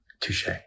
Touche